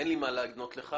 אין לי מה לענות לך".